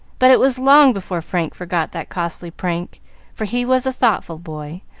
but it was long before frank forgot that costly prank for he was a thoughtful boy,